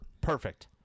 perfect